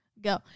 go